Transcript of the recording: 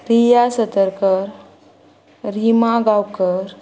Riya Satarkar Rima Gaonkar